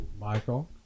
Michael